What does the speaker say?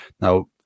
Now